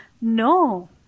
No